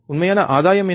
உண்மையான ஆதாயம் என்ன